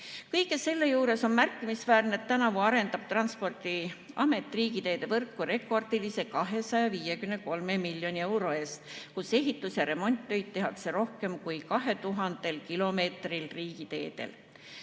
selle juures on märkimisväärne, et tänavu arendab Transpordiamet riigiteede võrku rekordilise, 253 miljoni euro eest, tehes ehitus‑ ja remonttöid rohkem kui 2000 kilomeetril riigiteedel.